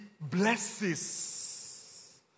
blesses